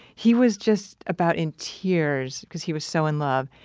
he was just about in tears cause he was so in love.